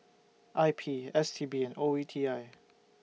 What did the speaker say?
I P S T B and O E T I